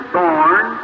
born